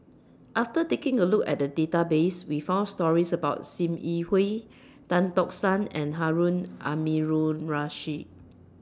after taking A Look At The Database We found stories about SIM Yi Hui Tan Tock San and Harun Aminurrashid